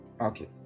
Okay